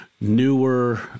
newer